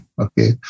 Okay